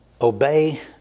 obey